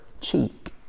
cheek